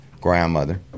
grandmother